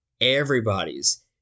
everybody's